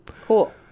Cool